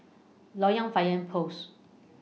Loyang Fire Post